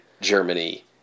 Germany